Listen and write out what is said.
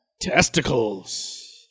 Testicles